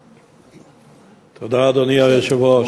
תודה, אדוני היושב-ראש.